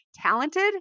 talented